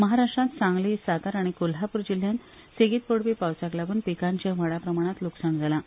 महाराष्ट्रांत सांगली सातारा आनी कोल्हापूर जिल्ह्यांत सेगीत पडपी पावसाक लागून पिकार्चे व्हड प्रमाणांत ल्रकसाण जालां